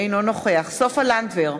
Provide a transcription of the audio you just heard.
אינו נוכח סופה לנדבר,